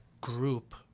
group